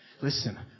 Listen